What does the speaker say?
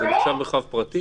זה נחשב מרחב פרטי?